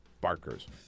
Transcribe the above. barkers